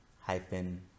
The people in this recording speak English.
hyphen